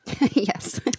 Yes